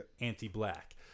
anti-black